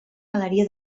galeria